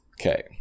Okay